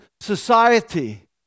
society